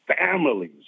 families